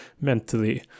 mentally